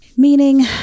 Meaning